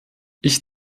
ich